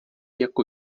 jako